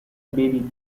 baby